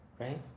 right